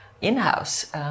in-house